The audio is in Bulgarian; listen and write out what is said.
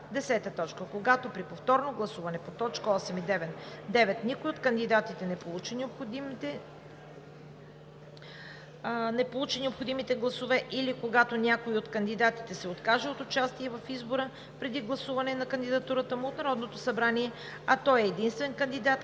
10. Когато при повторно гласуване по т. 8 и 9 никой от кандидатите не получи необходимите гласове, или когато някой от кандидатите се откаже от участие в избора преди гласуване на кандидатурата му от Народното събрание, а той е единствен кандидат,